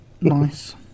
Nice